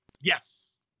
Yes